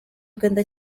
uganda